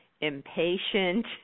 impatient